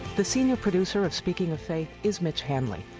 the senior producer of speaking of faith is mitch hanley,